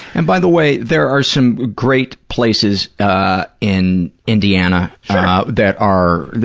and, by the way, there are some great places in indiana that are